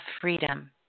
freedom